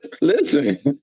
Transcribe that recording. listen